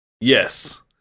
Yes